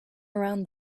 around